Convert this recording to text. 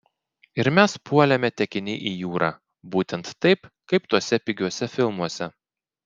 ir mes puolėme tekini į jūrą būtent taip kaip tuose pigiuose filmuose